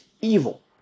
evil